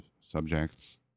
subjects